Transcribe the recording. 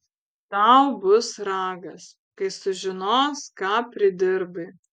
tau bus ragas kai sužinos ką pridirbai